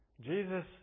Jesus